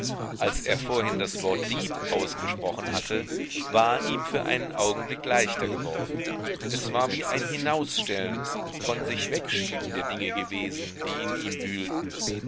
als er vorhin das wort dieb ausgesprochen hatte war ihm für einen augenblick leichter geworden es war wie ein hinausstellen vonsichwegschieben der dinge gewesen die in ihm wühlten